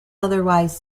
otherwise